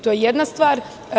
To je jedna stvar.